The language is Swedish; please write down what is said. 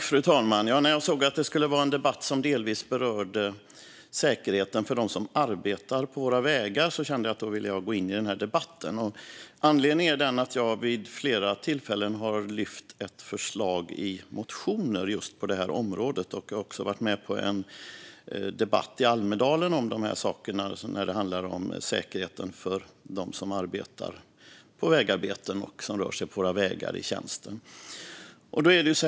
Fru talman! När jag såg att det skulle vara en debatt som delvis berörde säkerheten för dem som arbetar på våra vägar kände jag att jag ville gå in i denna debatt. Anledningen är att jag vid flera tillfällen har lyft fram ett förslag i motioner just på detta område. Jag har också deltagit i en debatt i Almedalen som handlade om säkerheten för dem som arbetar vid vägarbeten och som rör sig på våra vägar i tjänsten.